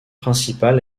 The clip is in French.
principal